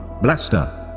Blaster